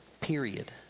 period